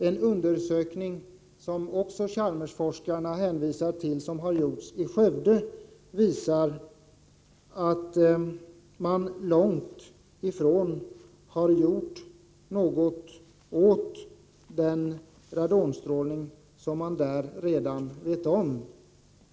En undersökning som har utförts i Skövde — och som Chalmersforskarna refererar till — visar att man långt ifrån har gjort något åt den radonstrålning som man redan vet om.